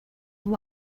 have